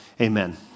amen